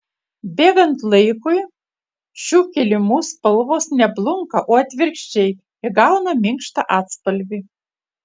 bėgant laikui šių kilimų spalvos ne blunka o atvirkščiai įgauna minkštą atspalvį